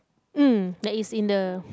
mm that is in the